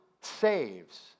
saves